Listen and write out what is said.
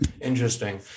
Interesting